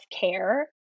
care